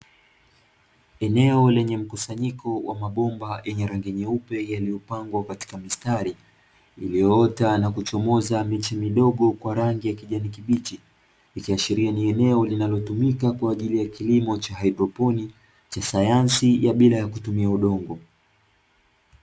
Eneo lenye mkusanyiko wa mabomba yenye rangi nyeupe yaliyopangwa kwa mstari, iliyoota na kuchomoza miche midogo kwa rangi ya kijani kibichi, ikiashiria ni eneo linalotumika kwa ajili ya kilimo cha haidroponi cha sayansi ya bila kutumia udongo.